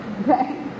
okay